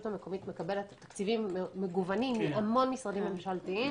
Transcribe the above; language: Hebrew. המקומית מקבלת תקציבים מגוונים מהמון משרדים ממשלתיים,